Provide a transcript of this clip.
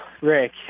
Rick